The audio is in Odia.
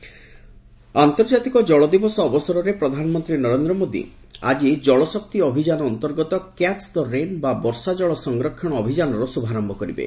ଜଳଶକ୍ତି ଅଭିଯାନ ଅନ୍ତର୍ଜାତୀୟ ଜଳ ଦିବସ ଅବସରରେ ପ୍ରଧାନମନ୍ତ୍ରୀ ନରେନ୍ଦ୍ର ମୋଦୀ ଆଜି ଜଳ ଶକ୍ତି ଅଭିଯାନ ଅନ୍ତର୍ଗତ କ୍ୟାଚ୍ ଦ ରେନ୍ ବା ବର୍ଷାଜଳ ସଂରକ୍ଷଣ ଅଭିଯାନର ଶୁଭାରମ୍ଭ କରିବେ